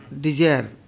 desire